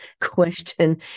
question